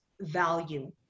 value